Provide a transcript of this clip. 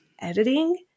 editing